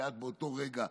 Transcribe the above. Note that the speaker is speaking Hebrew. כי את באותו רגע,